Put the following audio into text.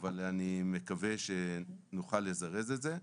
אבל אני מקווה שנוכל לזרז את זה.